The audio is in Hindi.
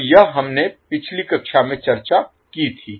तो यह हमने पिछली कक्षा में चर्चा की थी